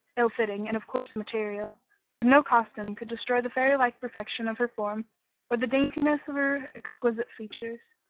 ill-fitting and of coarse material but no costume could destroy the fairy-like perfection of her form or the daintiness of her exquisite features.